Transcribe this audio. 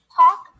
talk